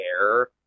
air